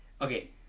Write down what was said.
okay